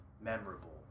memorable